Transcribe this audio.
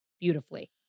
beautifully